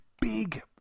big